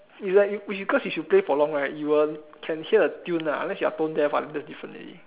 is like because if you play for long right you will can hear a tune lah unless you are tone deaf ah that's different already